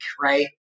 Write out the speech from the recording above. right